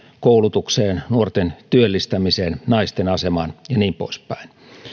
koulutukseen nuorten työllistämiseen naisten asemaan ja niin poispäin